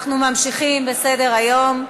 אנחנו ממשיכים בסדר-היום: